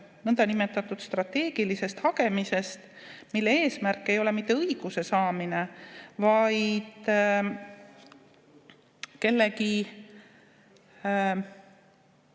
niinimetatud strateegilisest hagemisest, mille eesmärk ei ole mitte õiguse saamine, vaid kellegi